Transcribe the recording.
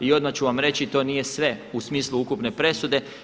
I odmah ću vam reći to nije sve u smislu ukupne presude.